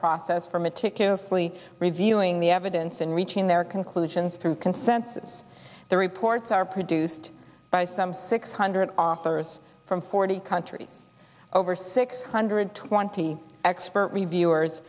process for meticulously reviewing the evidence and reaching their conclusions through consensus the reports are produced by some six hundred authors from forty countries over six hundred twenty expert reviewers